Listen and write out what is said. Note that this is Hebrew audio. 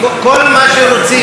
כל מה שרוצים,